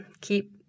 keep